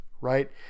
right